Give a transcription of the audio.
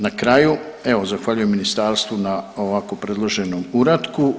Na kraju, evo zahvaljujem ministarstvu na ovako predloženom uratku.